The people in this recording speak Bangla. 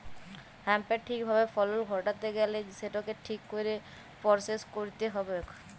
হ্যাঁম্পের ঠিক ভাবে ফলল ঘটাত্যে গ্যালে সেটকে ঠিক কইরে পরসেস কইরতে হ্যবেক